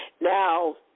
Now